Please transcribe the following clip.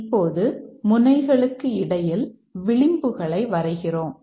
இப்போது முனைகளுக்கு இடையில் விளிம்புகளை வரைகிறோம்